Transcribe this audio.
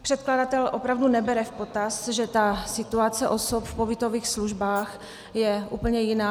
Předkladatel opravdu nebere v potaz, že situace osob v pobytových službách je úplně jiná.